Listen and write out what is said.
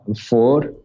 Four